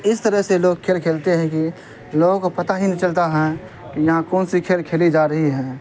اس طرح سے لوگ کھیل کھیلتے ہیں کہ لوگوں کو پتہ ہی نہیں چلتا ہیں کہ یہاں کون سی کھیل کھیلی جا رہی ہیں